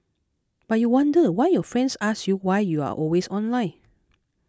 but you wonder why your friends ask you why you are always online